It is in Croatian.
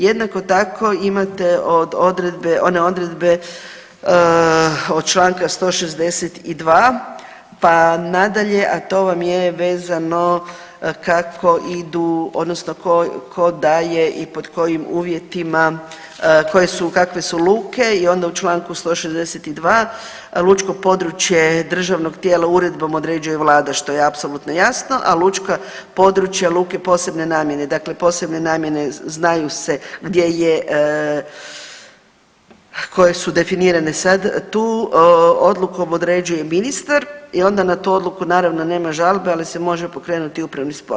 Jednako tako imate od odredbe, one odredbe od čl. 162., pa nadalje, a to vam je vezano kako idu odnosno tko daje i pod kojim uvjetima, koje su, kakve su luke i onda u čl. 162. lučko područje državnog tijela uredbom određuje vlada, što je apsolutno jasno, a lučka područja luke posebne namjene, dakle posebne namjene znaju se gdje je, koje su definirane sad tu, odlukom određuje ministar i onda na tu odluku naravno nema žalbe, ali se može pokrenuti upravni spor.